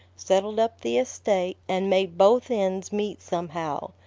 settled up the estate, and made both ends meet somehow,